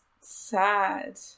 sad